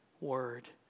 word